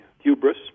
hubris